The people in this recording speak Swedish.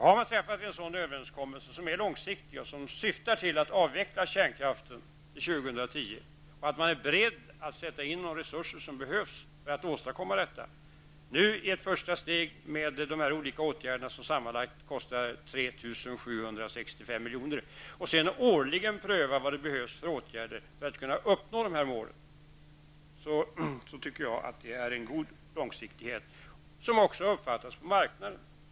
Jag tycker att det är god långsiktighet att träffa en överenskommelse som syftar till att avveckla kärnkraften till 2010, där man är beredd att sätta in de resurser som behövs för att åstadkomma detta, nu i ett första steg med de åtgärder som sammanlagt kostar 3 765 milj.kr., och sedan årligen pröva vilka åtgärder som behövs för att uppnå målen. Det uppfattas så på marknaden.